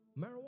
marijuana